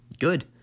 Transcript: Good